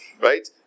right